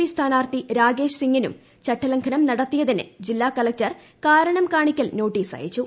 P സ്ഥാനാർത്ഥി രാകേഷ് സിങിനും ചട്ടലംഘനം നടത്തിയതിന് ജില്ലാ കളക്ടർ കാരണം കാണിക്കൽ നോട്ടീസ് അയച്ചു